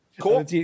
Cool